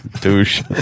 Douche